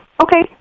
okay